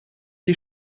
die